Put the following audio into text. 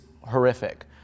horrific